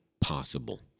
possible